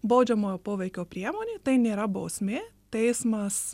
baudžiamojo poveikio priemonė tai nėra bausmė teismas